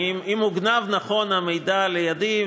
אם הוגנב המידע הנכון לידי,